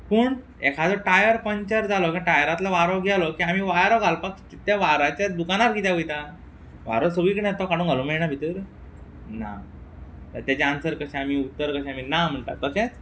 पूण एखादो tyre puncture जालो काय टायरातलो वारो गेलो की आमी वारो घालपाक त्या वाराच्यात दुकानार किद्या वयता वारो सगळी कडेन आत्ता काडून घालूं मेळना भितर ना तर ताचें आन्सर कशे आमी उत्तर कशे आमी ना म्हणटा तशेंच